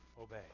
obey